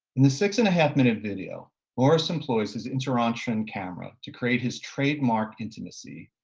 in the six-and-a-half minute video morris employs his interrotron camera to create his trademark intimacy.